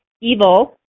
evil